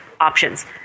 options